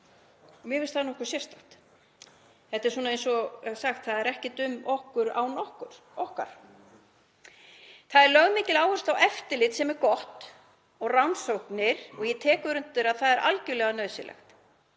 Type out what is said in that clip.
Mér finnst það nokkuð sérstakt. Þetta er svona, eins og sagt er: Ekkert um okkur án okkar. Það er lögð mikil áhersla á eftirlit sem er gott og rannsóknir og ég tek undir að það er algerlega nauðsynlegt.